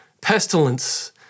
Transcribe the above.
Pestilence